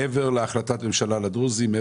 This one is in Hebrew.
מעבר להחלטת ממשלה על הדרוזים,